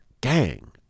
Gang